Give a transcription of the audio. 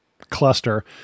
cluster